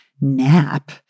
nap